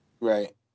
Right